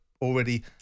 already